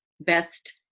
best